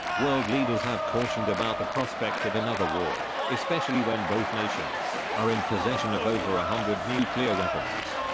world leaders have cautioned about the prospect of another war, especially when both nations are in possession of over a hundred nuclear weapons.